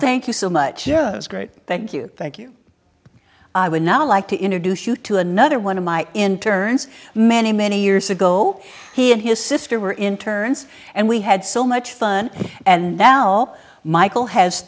thank you so much yeah it was great thank you you thank i would now like to introduce you to another one of my in turns many many years ago he and his sister were in turns and we had so much fun and now michael has